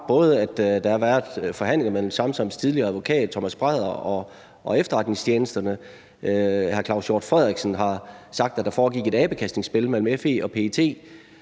frem, at der har været forhandlinger mellem Samsams tidligere advokat Thomas Brædder og efterretningstjenesterne. Claus Hjort Frederiksen har sagt, at der foregik et abekastningsspil mellem FE og PET,